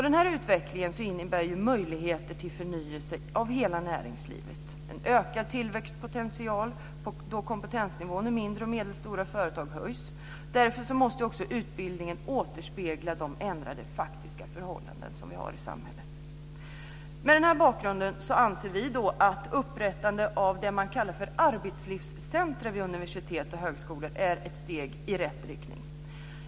Den här utvecklingen innebär möjligheter till förnyelse av hela näringslivet och till en ökad tillväxtpotential, och kompetensnivån i mindre och medelstora företag höjs. Utbildningen måste återspegla de ändrade faktiska förhållanden som vi har i samhället. Mot denna bakgrund anser vi att upprättande av olika s.k. arbetslivscentrum vid universitet och högskolor är ett steg i rätt riktning.